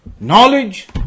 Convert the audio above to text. Knowledge